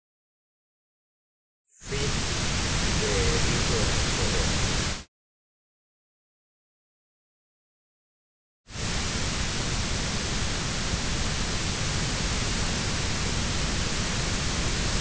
de ese edipo en colono